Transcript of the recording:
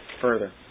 further